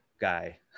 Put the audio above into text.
guy